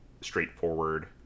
straightforward